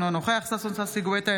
אינו נוכח ששון ששי גואטה,